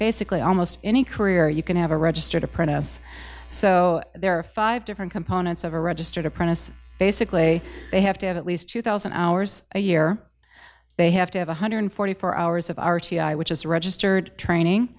basically almost any career you can have a registered apprentice so there are five different components of a registered apprentice basically they have to have at least two thousand hours a year they have to have one hundred forty four hours of r t i which is registered training